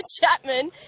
Chapman